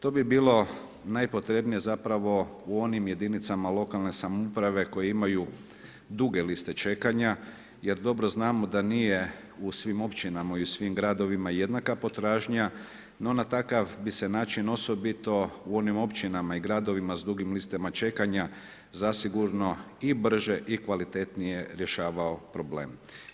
To bi bilo najpotrebnije zapravo u onim jedinicama lokalne samouprave koje imaju duge liste čekanja, jer dobro znamo da nije u svim općinama i u svim gradovima jednaka potražnja, no na takav bi se način, osobito u onim općinama i gradovima s dugim listama čekanja, zasigurno i brže i kvalitetnije rješavao problem.